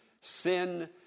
sin